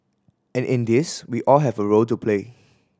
and in this we all have a role to play